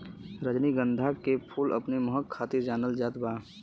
रजनीगंधा के फूल अपने महक खातिर जानल जात बा